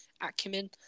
acumen